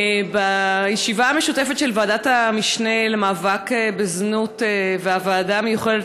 בישיבה משותפת של ועדת המשנה למאבק בזנות והוועדה המיוחדת